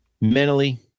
mentally